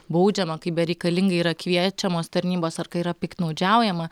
baudžiama kai bereikalingai yra kviečiamos tarnybos ar kai yra piktnaudžiaujama